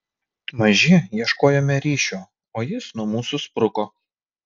maži ieškojome ryšio o jis nuo mūsų spruko